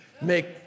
make